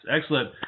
Excellent